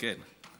כן.